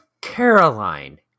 caroline